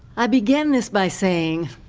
i began this by saying,